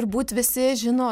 turbūt visi žino